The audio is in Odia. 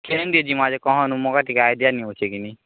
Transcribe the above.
ଛେନ୍ କେ ଯିବା ଯେ କହନୁ ମୋ କତିକି ଆଇଡ଼ିଆ ନେଉଛେ କିନି